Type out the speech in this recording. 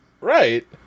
Right